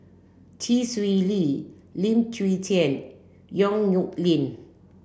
Chee Swee Lee Lim Chwee Chian Yong Nyuk Lin